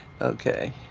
okay